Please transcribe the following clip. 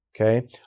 okay